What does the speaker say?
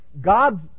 god's